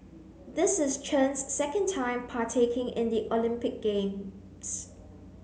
this is Chen's second time partaking in the Olympic games